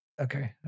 Okay